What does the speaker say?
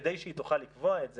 כדי שהיא תוכל לקבוע את זה,